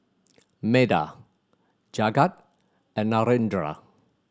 Medha Jagat and Narendra